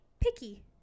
picky